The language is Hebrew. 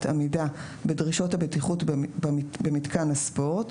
עמידה בדרישות הבטיחות במיתקן הספורט,